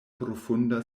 profunda